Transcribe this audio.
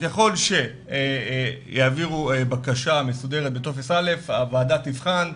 ככל שיעבירו בקשה מסודרת בטופס א', הוועדה תבחן,